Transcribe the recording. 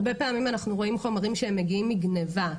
הרבה פעמים אנחנו רואים חומרים שמגיעים מגנבה,